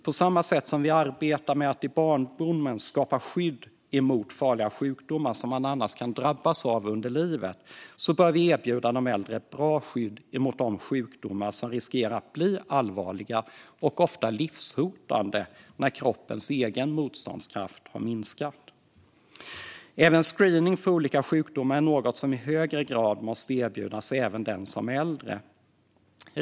På samma sätt som vi arbetar med att bland barn skapa skydd mot farliga sjukdomar som de annars kan drabbas av under livet bör vi erbjuda de äldre ett bra skydd mot de sjukdomar som riskerar att bli allvarliga och ofta livshotande när kroppens egen motståndskraft har minskat. Även screening för olika sjukdomar är något som i högre grad måste erbjudas även den som är äldre.